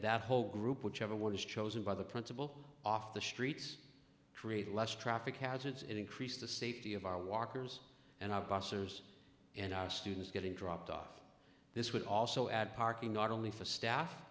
that whole group whichever one is chosen by the principal off the streets create less traffic hazards increase the safety of our walkers and our busters and our students getting dropped off this would also add parking not only for staff